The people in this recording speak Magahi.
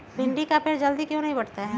भिंडी का पेड़ जल्दी क्यों नहीं बढ़ता हैं?